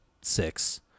six